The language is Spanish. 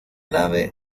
nave